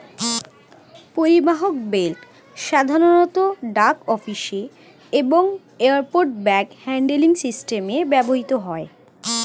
পরিবাহক বেল্ট সাধারণত ডাক অফিসে এবং এয়ারপোর্ট ব্যাগ হ্যান্ডলিং সিস্টেমে ব্যবহৃত হয়